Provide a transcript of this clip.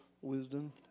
wisdom